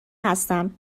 هستم